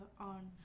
on